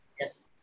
Yes